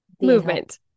Movement